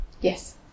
Yes